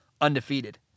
undefeated